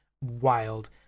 wild